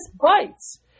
bites